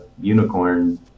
unicorn